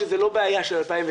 שזו לא בעיה של 2019,